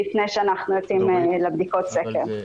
לפני שאנחנו יוצאים לבדיקות הסקר.